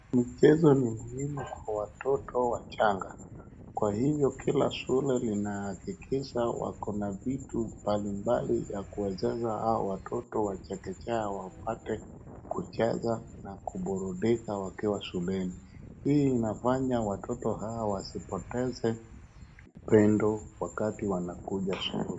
Mchezo ni muhimu kwa watoto wachanga. Kwa hivyo kila shule linahakikisha wako na vitu mbalimbali ya kuwajaza hao watoto wa chekechea wapate kucheza na kuburudika wakiwa shuleni. Hii inafanya watoto hawa wasipoteze pendo wakati wanakuja shule.